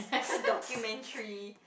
is a documentary